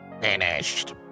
finished